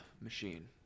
machine